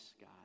God